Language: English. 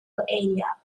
area